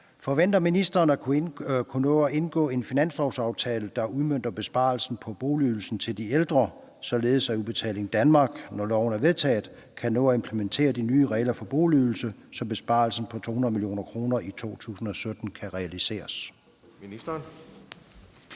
Forventer ministeren at kunne nå at indgå en finanslovsaftale, der udmønter besparelsen på boligydelsen til de ældre, således at Udbetaling Danmark, når loven er vedtaget, kan nå at implementere de nye regler for boligydelse, så besparelsen på 200 mio. kr. i 2017 kan realiseres?